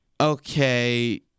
okay